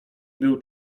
był